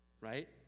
right